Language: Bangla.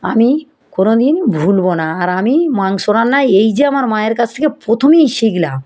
আমি কোনো দিন ভুলব না আর আমি মাংস রান্না এই যে আমার মায়ের কাছ থেকে প্রথমেই শিখলাম